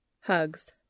Hugs